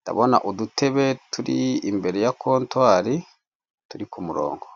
Ndabona udutebe turi imbere ya kontwari, turi ku murongo.